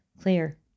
clear